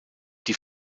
die